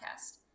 podcast